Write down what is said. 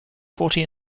forty